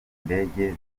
indege